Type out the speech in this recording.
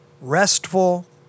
restful